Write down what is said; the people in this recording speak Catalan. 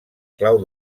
clau